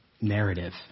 narrative